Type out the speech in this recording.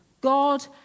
God